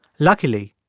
luckily,